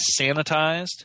sanitized